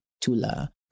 Tula